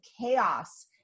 chaos